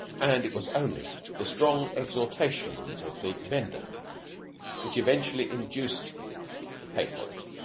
and it was only the strong exhortations of the vendor which eventually induced him to pay for it.